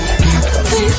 Please